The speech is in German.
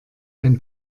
ein